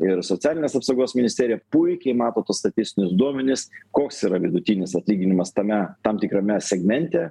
ir socialinės apsaugos ministerija puikiai mato tuos statistinius duomenis koks yra vidutinis atlyginimas tame tam tikrame segmente